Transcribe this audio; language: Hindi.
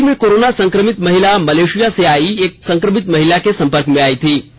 रांची में कोरोना संक्रमित महिला मलेशिया से आयी एक संक्रमित महिला के सम्पर्क में आई थीं